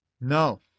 No